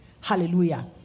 Hallelujah